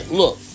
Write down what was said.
look